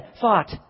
fought